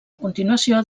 continuació